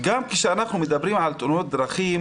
וגם כשאנחנו מדברים על תאונות עבודה,